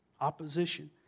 Opposition